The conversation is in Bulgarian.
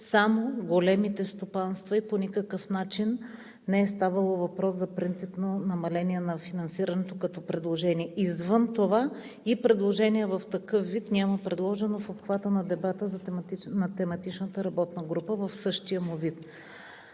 само големите стопанства и по никакъв начин не е ставало въпрос за принципно намаление на финансирането като предложение. Извън това предложение от такъв вид няма предложено в обхвата на дебата на тематичната работна група. По първия